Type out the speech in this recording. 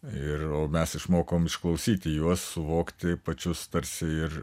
ir mes išmokom išklausyti juos suvokti pačius tarsi ir